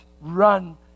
run